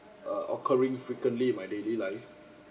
uh occurring frequently in my daily life